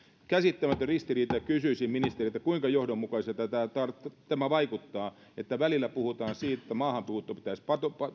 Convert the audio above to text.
käsittämätön ristiriita kysyisin ministeriltä kuinka johdonmukaiselta tämä vaikuttaa välillä puhutaan siitä että maahanmuutto pitäisi